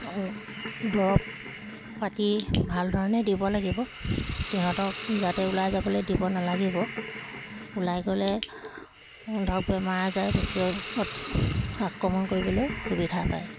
দৰৱ পাতি ভাল ধৰণে দিব লাগিব সিহঁতক যাতে ওলাই যাবলৈ দিব নালাগিব ওলাই গ'লে ধৰক বেমাৰ আজাৰ বেছি অতি আক্ৰমণ কৰিবলৈ সুবিধা পায়